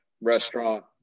restaurant